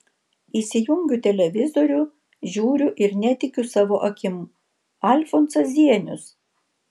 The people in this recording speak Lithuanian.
įsijungiu televizorių žiūriu ir netikiu savo akim alfonsas zienius